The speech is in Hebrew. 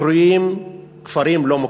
הקרויים כפרים לא מוכרים.